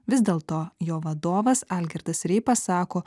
vis dėlto jo vadovas algirdas reipas sako